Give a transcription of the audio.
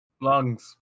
lungs